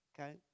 okay